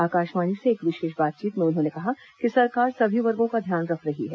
आकाशवाणी से एक विशेष बातचीत में उन्होंने कहा कि सरकार सभी वर्गों का ध्यान रख रही है